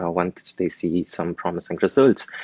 ah once they see some promising results,